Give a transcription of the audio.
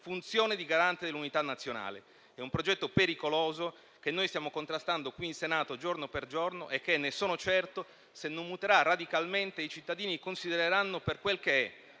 di garante dell'unità nazionale. È un progetto pericoloso, che noi stiamo contrastando qui in Senato giorno per giorno e che, ne sono certo, se non muterà radicalmente, i cittadini considereranno per quel che è: